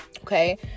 Okay